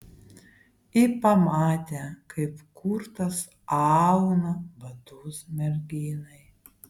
ji pamatė kaip kurtas auna batus merginai